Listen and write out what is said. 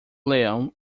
leão